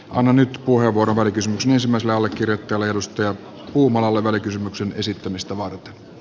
annan nyt puheenvuoron välikysymyksen ensimmäiselle allekirjoittajalle tuomo puumalalle välikysymyksen esittämistä varten